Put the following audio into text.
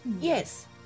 Yes